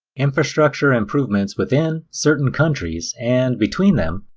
infrastructure improvements within certain countries, and between them,